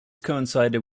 coincided